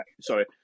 sorry